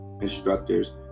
instructors